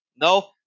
No